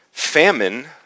Famine